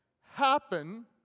happen